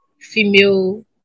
female